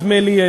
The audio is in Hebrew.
נדמה לי,